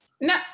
no